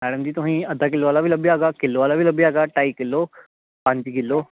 madam ji तुसेंगी अद्धा kilo हारा बी लब्भी जाह्गा किलो आह्ला बी लब्भी जाह्गा ढाई किलो पंज किलो